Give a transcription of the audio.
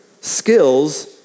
skills